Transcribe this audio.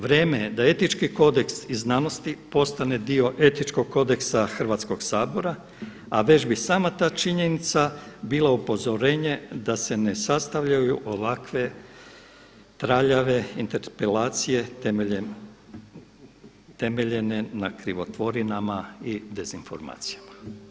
Vrijeme je da Etički kodeks iz znanosti postane dio Etičkog kodeksa Hrvatskog sabora, a već bi sama ta činjenica bila upozorenje da se ne sastavljaju ovakve traljave interpelacije temeljene na krivotvorinama i dezinformacijama.